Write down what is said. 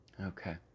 Okay